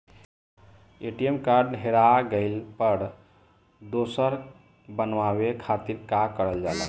ATM card हेरा गइल पर दोसर बनवावे खातिर का करल जाला?